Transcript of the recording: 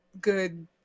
good